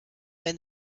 wenn